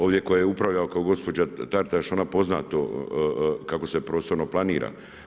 Ovdje koji je upravljao kao gospođa Taritaš, ona pozna to kako se prostorno planira.